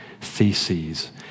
theses